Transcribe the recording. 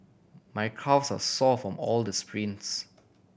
my calves are sore from all the sprints